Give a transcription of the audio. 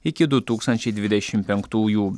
iki du tūkstančiai dvidešim penktųjų